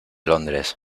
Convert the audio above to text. londres